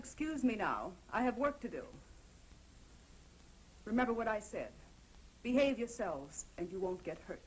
excuse me now i have work to do remember what i said behave yourselves and you won't get hurt